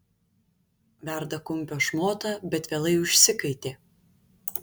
verda kumpio šmotą bet vėlai užsikaitė